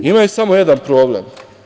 Imaju samo jedan problem.